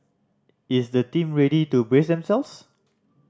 is the team ready to brace themselves